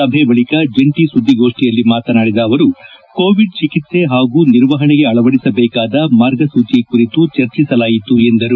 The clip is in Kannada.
ಸಭೆ ಬಳಿಕ ಜಂಟಿ ಸುದ್ದಿಗೋಷ್ಠಿಯಲ್ಲಿ ಮಾತನಾಡಿದ ಅವರು ಕೋವಿಡ್ ಚಿಕಿತ್ಸೆ ಹಾಗೂ ನಿರ್ವಹಣೆಗೆ ಅಳವಡಿಸಬೇಕಾದ ಮಾರ್ಗಸೂಚಿ ಕರಿತು ಚರ್ಚಿಸಲಾಯಿತು ಎಂದರು